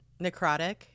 Necrotic